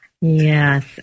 Yes